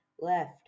left